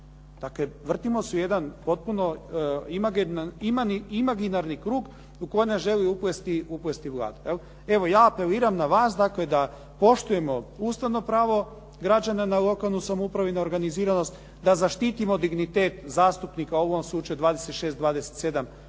Dakle, vrtimo se u jedan potpuno imaginarni krug u koji nas želi uplesti Vlada. Evo ja apeliram na vas dakle da poštujemo ustavno pravo građana na lokalnu samoupravu i na organiziranost, da zaštitimo dignitet zastupnika, u ovom slučaju 26, 27 zastupnika